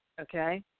okay